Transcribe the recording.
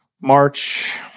March